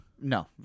No